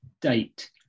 date